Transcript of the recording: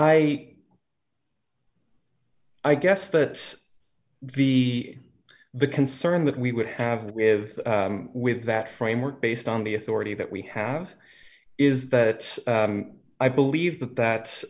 i i guess that the the concern that we would have with with that framework based on the authority that we have is that i believe that that